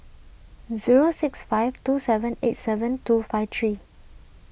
zero six five two seven eight seven two five three